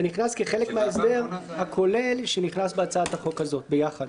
זה נכנס כחלק מההסדר הכולל שנכנס בהצעת החוק הזאת ביחד.